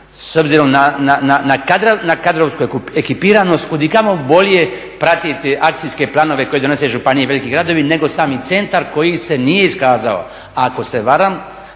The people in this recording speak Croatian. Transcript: s obzirom na kadrovsku ekipiranost kudikamo bolje pratiti akcijske planove koji donose županije i veliki gradovi nego sami centar koji se nije iskazao. A ako se varam